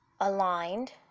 aligned